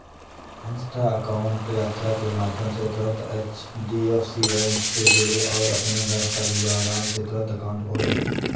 Insta account यात्रा के माध्यम से तुरंत एच.डी.एफ.सी बैंक से जुड़ें और अपने घर पर ही आराम से तुरंत अकाउंट खोले